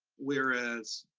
whereas,